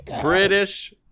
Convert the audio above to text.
British